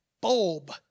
bulb